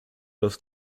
los